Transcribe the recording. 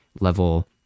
level